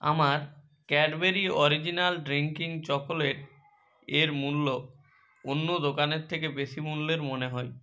আমার Cadbury original drinking chocolate এর মূল্য অন্য দোকানের থেকে বেশি মূল্যের মনে হয়